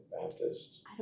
Baptist